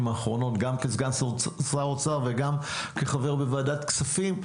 האחרונות גם כסגן שר האוצר וגם כחבר בוועדת כספים,